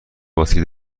باتری